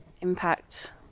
impact